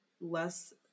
less